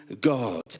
God